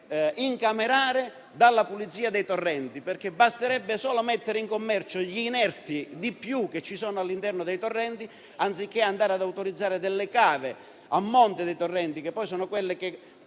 incamerare dalla pulizia dei torrenti, perché basterebbe solo mettere in commercio gli inerti in eccesso che ci sono all'interno dei torrenti, anziché andare ad autorizzare delle cave a monte dei torrenti, che poi sono quelle che